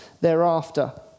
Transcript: thereafter